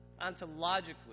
ontologically